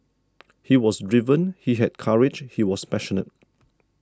he was driven he had courage he was passionate